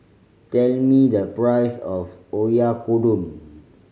tell me the price of Oyakodon